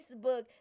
Facebook